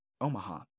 Omaha